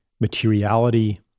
materiality